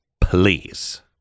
please